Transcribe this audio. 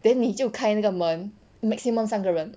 then 你就开那个门 maximum 三个人